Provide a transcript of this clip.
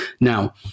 Now